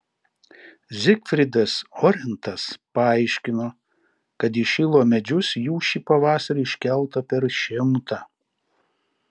zygfridas orentas paaiškino kad į šilo medžius jų šį pavasarį iškelta per šimtą